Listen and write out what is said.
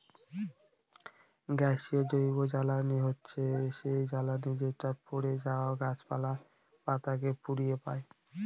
গ্যাসীয় জৈবজ্বালানী হচ্ছে সেই জ্বালানি যেটা পড়ে যাওয়া গাছপালা, পাতা কে পুড়িয়ে পাই